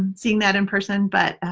seeing that in person but